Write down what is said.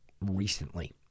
recently